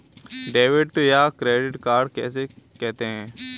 Debit या credit card किसे कहते हैं?